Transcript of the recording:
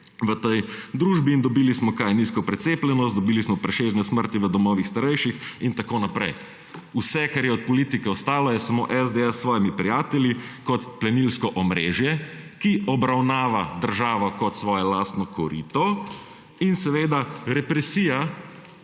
v tej družbi, in dobili smo kaj? Dobili smo nizko precepljenost, dobili smo presežne smrti v domovih starejših in tako naprej. Vse, kar je od politike ostalo, je samo SDS s svojimi prijatelji kot plenilsko omrežje, ki obravnava državo kot svoje lastno korito, in seveda represija